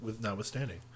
notwithstanding